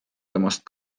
temast